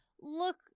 look